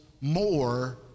more